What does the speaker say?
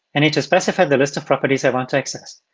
and need to specify the list of properties i want to access.